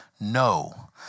no